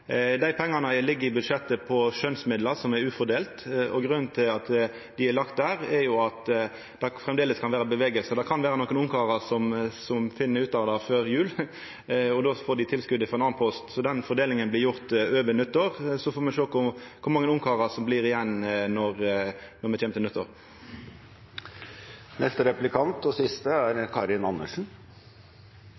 Dei pengane ligg i budsjettet på ufordelte skjønsmidlar, og grunnen til at dei er lagde der, er at det framleis kan vera bevegelse. Det kan vera nokre ungkarar som finn ut av det før jul. Då får dei tilskotet frå ein annan post. Den fordelinga blir gjord over nyttår, så får me sjå kor mange ungkarar som vert att når me kjem til nyttår. Representanten Njåstad skryter av kommuneøkonomien. Det skulle bare mangle at en regjering som bruker så mye penger – og